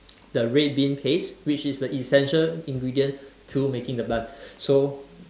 the red bean paste which is the essential ingredient to making the bun so